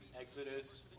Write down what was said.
Exodus